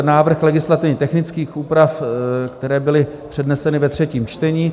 Návrh legislativně technických úprav, které byly předneseny ve třetím čtení.